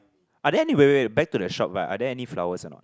are there any wait wait back to the shop right are there any flowers or not